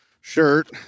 shirt